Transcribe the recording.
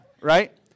right